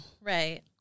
Right